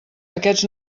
aquests